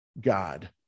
God